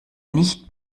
nicht